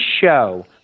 show